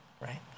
right